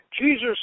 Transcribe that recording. Jesus